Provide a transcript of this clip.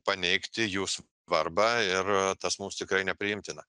paneigti jų s varbą ir tas mums tikrai nepriimtina